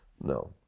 No